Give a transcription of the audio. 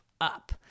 up